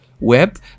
web